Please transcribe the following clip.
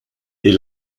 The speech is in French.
est